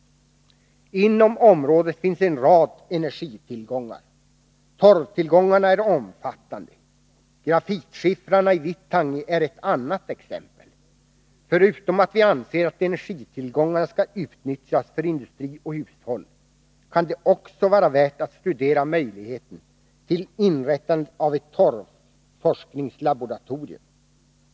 Inom området finns en rad energitillgångar. Torvtillgångarna är omfattande. Grafitskiffrarna i Vittangi är ett annat exempel. Förutom att vi anser att energitillgångarna skall utnyttjas för industri och hushåll kan det också vara värt att studera möjligheten till inrättandet av ett torvforskningslaboratorium.